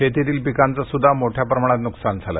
शेतीतील पिकांचे सुद्धा मोठ्या प्रमाणात नुकसान झाले